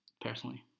personally